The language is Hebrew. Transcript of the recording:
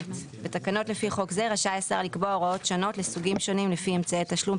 רשאי השר לקבוע הוראות שונות לסוגים שונים לפי אמצעי התשלום,